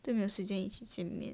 都没有时间一起见面